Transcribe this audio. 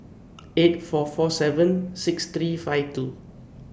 eight four four seven six three five two